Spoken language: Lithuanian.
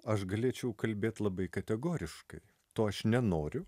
aš galėčiau kalbėt labai kategoriškai to aš nenoriu